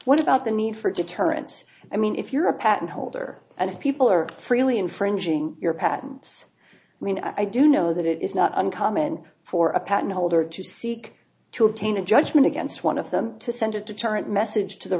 what about the need for deterrence i mean if you're a patent holder and people are freely infringing your patents i mean i do know that it is not uncommon for a patent holder to seek to obtain a judgment against one of them to send a deterrent message to the